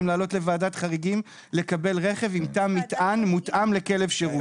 לעלות לוועדת חריגים לקבל רכב עם תא מטען מותאם לכלב שירות.